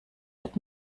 wird